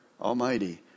Almighty